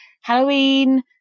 Halloween